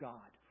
God